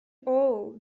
all